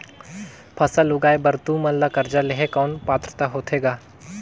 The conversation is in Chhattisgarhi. फसल उगाय बर तू मन ला कर्जा लेहे कौन पात्रता होथे ग?